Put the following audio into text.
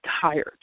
tired